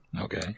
Okay